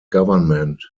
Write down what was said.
government